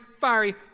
fiery